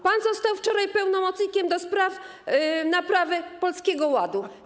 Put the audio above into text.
Pan został wczoraj pełnomocnikiem do spraw naprawy Polskiego Ładu.